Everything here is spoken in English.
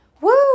Woo